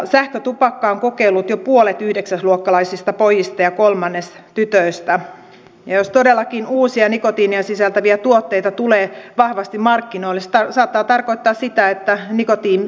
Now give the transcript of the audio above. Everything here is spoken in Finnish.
sähkötupakkaa on kokeillut jo puolet yhdeksäsluokkalaista pojista ja kolmannes tytöistä ja jos todellakin uusia nikotiinia sisältäviä tuotteita tulee vahvasti markkinoille se saattaa tarkoittaa sitä että nikotiiniriippuvuus yleistyy